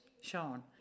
Sean